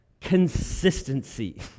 Consistency